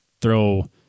throw